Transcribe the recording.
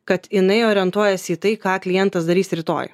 kad jinai orientuojasi į tai ką klientas darys rytoj